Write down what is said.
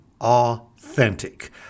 Authentic